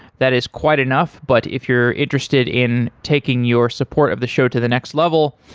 that is quite enough, but if you're interested in taking your support of the show to the next level,